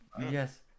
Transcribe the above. yes